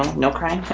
um no crying.